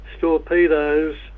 torpedoes